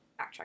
backtrack